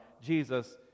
Jesus